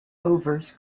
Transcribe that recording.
overs